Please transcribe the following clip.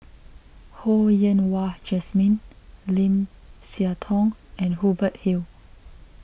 Ho Yen Wah Jesmine Lim Siah Tong and Hubert Hill